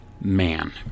man